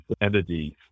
entities